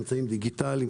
באמצעים דיגיטליים,